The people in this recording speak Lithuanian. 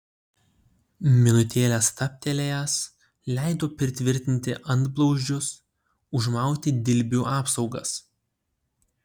minutėlę stabtelėjęs leido pritvirtinti antblauzdžius užmauti dilbių apsaugas